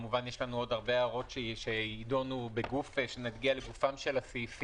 כמובן יש לנו עוד הרבה הערות שיידונו כשנגיע לגופם של הסעיפים.